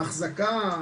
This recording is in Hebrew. האחזקה,